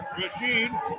Machine